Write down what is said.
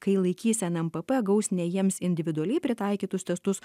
kai laikys nmpp gaus ne jiems individualiai pritaikytus testus